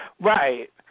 right